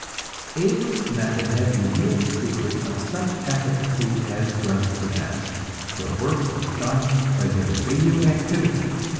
abrams' method has revealed the secret of such efficacy as drugs possess their work is done by their radio-activity,